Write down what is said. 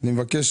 אני מבקש